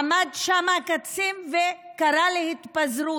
עמד שם קצין וקרא להתפזר.